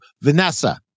Vanessa